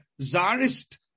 Tsarist